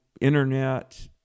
Internet